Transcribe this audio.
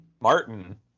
Martin